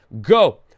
Go